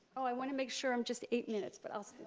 ah i want to make sure i'm just eight minutes, but i'll